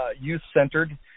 youth-centered